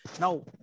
Now